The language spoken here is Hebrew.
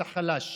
אתה חלש.